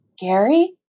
Gary